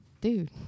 Dude